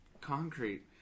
concrete